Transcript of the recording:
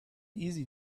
easy